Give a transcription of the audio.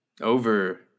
over